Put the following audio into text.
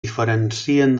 diferencien